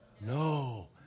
No